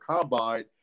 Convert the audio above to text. combine